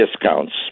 discounts